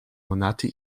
monate